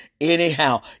anyhow